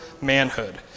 manhood